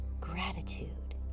Gratitude